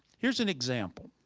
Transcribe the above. here's an example.